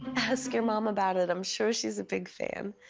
ask your mom about it. i'm sure she's a big fan.